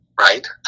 right